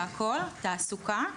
תעסוקה.